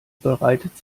bereitet